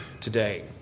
today